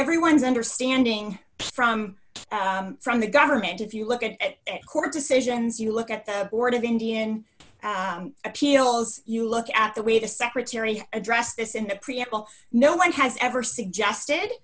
everyone's understanding from from the government if you look at court decisions you look at the board of indian appeals you look at the way the secretary addressed this in the preamble no one has ever suggested